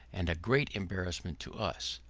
and a great embarrassment to us.